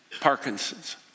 Parkinson's